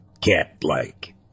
cat-like